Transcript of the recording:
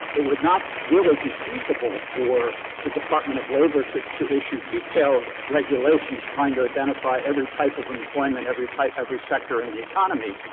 it would not really be feasible for the department of labor to to issue detailed regulations trying to identify every type of employment, every type every sector in the economy.